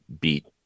beat